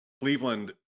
Cleveland